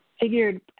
Figured